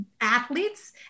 athletes